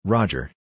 Roger